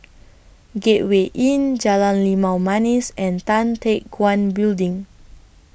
Gateway Inn Jalan Limau Manis and Tan Teck Guan Building